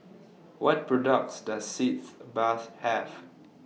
What products Does Sitz Bath Have